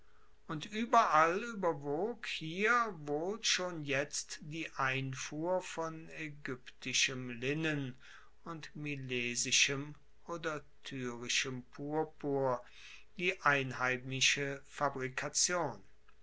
und ueberall ueberwog hier wohl schon jetzt die einfuhr von aegyptischem linnen und milesischem oder tyrischem purpur die einheimische fabrikation